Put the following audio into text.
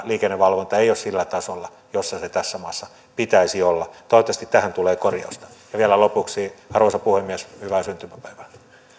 liikennevalvonta ei ole sillä tasolla jolla sen tässä maassa pitäisi olla toivottavasti tähän tulee korjausta vielä lopuksi arvoisa puhemies hyvää syntymäpäivää